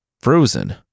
frozen